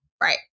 Right